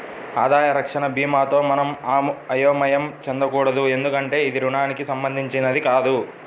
ఆదాయ రక్షణ భీమాతో మనం అయోమయం చెందకూడదు ఎందుకంటే ఇది రుణానికి సంబంధించినది కాదు